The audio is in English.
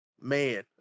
man